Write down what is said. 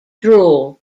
drool